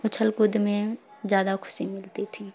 اچھل کود میں زیادہ خوشی ملتی تھی